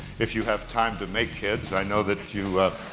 if you have time to make kids, i know that you